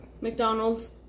McDonald's